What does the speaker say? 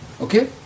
okay